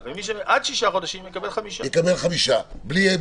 מי שעד שישה חודשים, יקבל חמישה חודשים.